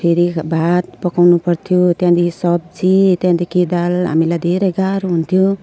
फेरि भात पकाउनु पर्थ्यो त्यहाँदेखि सब्जी त्यहाँदेखि दाल हामीलाई धेरै गाह्रो हुन्थ्यो